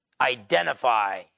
identify